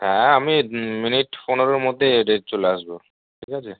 হ্যাঁ আমি মিনিট পনেরোর মধ্যে চলে আসবো ঠিক আছে